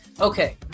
okay